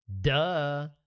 duh